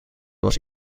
was